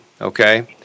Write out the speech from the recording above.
Okay